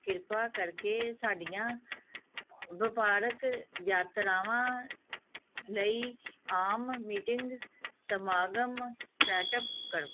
ਕਿਰਪਾ ਕਰਕੇ ਸਾਡੀਆਂ ਵਪਾਰਕ ਯਾਤਰਾਵਾਂ ਲਈ ਆਮ ਮੀਟਿੰਗ ਸਮਾਗਮ ਸੈਟਅਪ ਕਰੋ